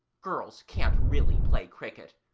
girls can't really play cricket,